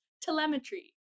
telemetry